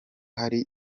hari